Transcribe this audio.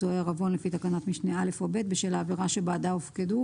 או העירבון לפי תקנת משנה (א) או (ב) בשל העבירה שבעדה הופקדו,